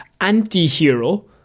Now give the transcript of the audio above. anti-hero